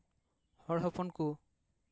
ᱦᱚᱲ ᱦᱚᱯᱚᱱ ᱠᱚ